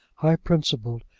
high-principled,